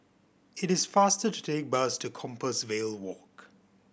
it is faster to take the bus to Compassvale Walk